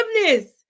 forgiveness